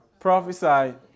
Prophesy